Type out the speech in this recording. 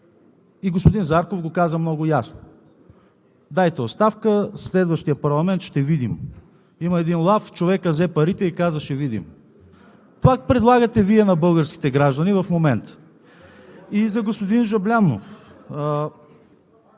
И господин Зарков го каза много ясно: дайте оставка, в следващия парламент ще видим. Има един лаф: човекът взе парите и каза ще видим – това предлагате Вие на българските граждани в момента. За господин Жаблянов.